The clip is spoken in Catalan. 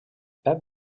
pep